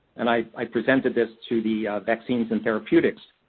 and i i presented this to the vaccines and therapeutics-glutathione,